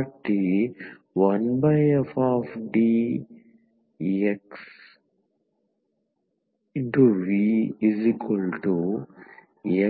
కాబట్టి 1fDxVx1fV